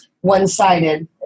one-sided